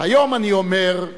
"היום אני אומר",